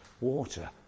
Water